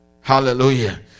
Hallelujah